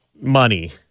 money